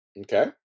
Okay